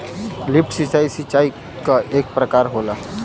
lift सिंचाई, सिंचाई क एक प्रकार होला